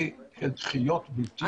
גברתי, כל הדחיות האלה הן דחיות בלתי פוסקות.